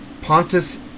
Pontus